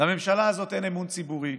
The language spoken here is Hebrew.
לממשלה הזאת אין אמון ציבורי,